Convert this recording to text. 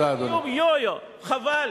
אל תהיו יו-יו, חבל.